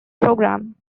program